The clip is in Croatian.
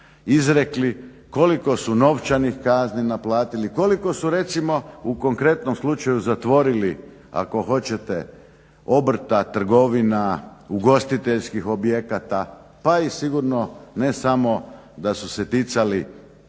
izrekli, koliko su novčanih kazni naplatili, koliko su recimo u konkretnom slučaju zatvorili ako hoćete obrta, trgovina, ugostiteljskih objekata, pa i sigurno ne samo da su se ticali